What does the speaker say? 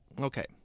okay